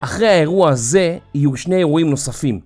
אחרי האירוע הזה יהיו שני אירועים נוספים